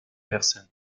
personnes